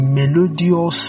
melodious